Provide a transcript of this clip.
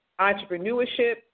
entrepreneurship